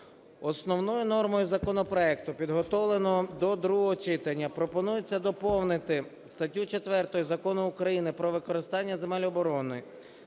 Основною нормою законопроекту, підготовленого до другого читання, пропонується доповнити статтю четверту Закону України "Про використання земель оборони"